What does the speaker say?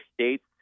states